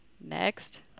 next